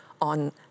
on